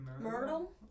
Myrtle